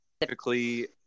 typically